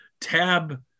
tab